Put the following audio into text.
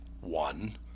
one